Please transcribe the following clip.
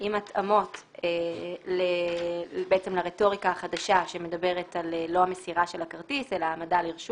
עם התאמות לרטוריקה החדשה שמדברת לא על מסירה של הכרטיס אלא העמדה לרשות